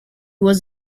was